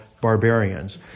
barbarians